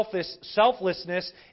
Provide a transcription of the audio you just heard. selflessness